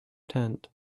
tent